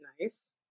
Nice